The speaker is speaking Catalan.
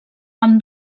amb